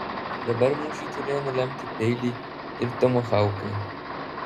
dabar mūšį turėjo nulemti peiliai ir tomahaukai